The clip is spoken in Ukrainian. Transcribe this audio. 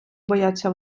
бояться